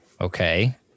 Okay